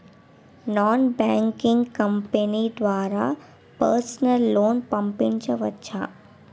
Non banking company ద్వారా personal loan పొందవచ్చా?